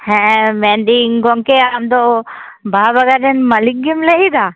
ᱦᱮᱸ ᱢᱮᱱᱫᱟᱹᱧ ᱜᱚᱢᱠᱮ ᱟᱢᱫᱚ ᱵᱟᱦᱟ ᱵᱟᱜᱟᱱ ᱨᱮᱱ ᱢᱟᱞᱤᱠ ᱜᱮᱢ ᱞᱟᱹᱭ ᱮᱫᱟ